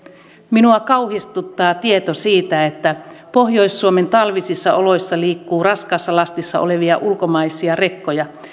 minua kauhistuttaa tieto siitä että pohjois suomen talvisissa oloissa liikkuu raskaassa lastissa olevia ulkomaisia rekkoja